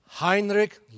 Heinrich